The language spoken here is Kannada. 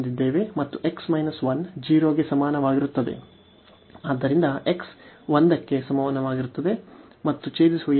ಆದ್ದರಿಂದ x 0 ಗೆ ಸಮನಾಗಿರುತ್ತದೆ ಮತ್ತು x ಅವರು ಛೇದಿಸುವ ಈ ಎರಡು ಬಿಂದುಗಳಲ್ಲಿ x 1 ಕ್ಕೆ ಸಮವಾಗಿರುತ್ತದೆ